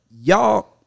y'all